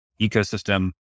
ecosystem